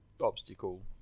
obstacle